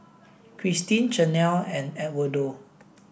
Christeen Chanelle and Edwardo